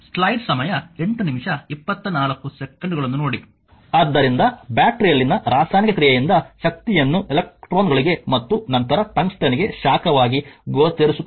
slide ಸಮಯ 0824 ನೋಡಿ ಆದ್ದರಿಂದ ಬ್ಯಾಟರಿಯಲ್ಲಿನ ರಾಸಾಯನಿಕ ಕ್ರಿಯೆಯಿಂದ ಶಕ್ತಿಯನ್ನು ಎಲೆಕ್ಟ್ರಾನ್ಗಳಿಗೆ ಮತ್ತು ನಂತರ ಟಂಗ್ಸ್ಟನ್ಗೆ ಶಾಖವಾಗಿ ಗೋಚರಿಸುತ್ತದೆ